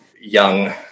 young